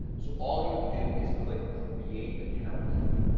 so all you do is click create account here.